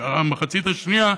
המחצית השנייה,